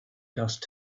dust